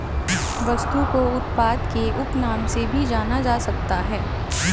वस्तु को उत्पाद के उपनाम से भी जाना जा सकता है